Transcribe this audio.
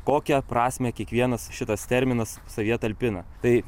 kokią prasmę kiekvienas šitas terminas savyje talpina tai